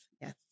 Yes